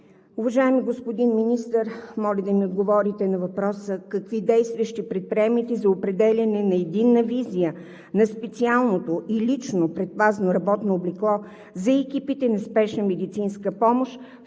Уважаеми господин Министър, моля да ми отговорите на въпроса: какви действия ще предприемете за определянето на единна визия на специалното и личното предпазно работно облекло за екипите на Спешна медицинска помощ, в